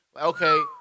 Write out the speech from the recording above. Okay